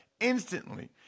instantly